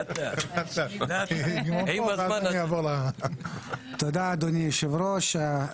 עם הזמן אני אעבור ל --- תודה, אדוני היושב-ראש.